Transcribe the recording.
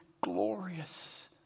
Glorious